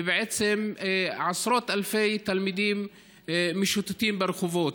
ובעצם עשרות אלפי תלמידים משוטטים ברחובות.